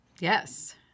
Yes